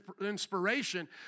inspiration